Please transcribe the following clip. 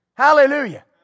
Hallelujah